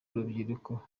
urubyiruko